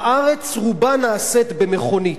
בארץ רובה נעשית במכונית,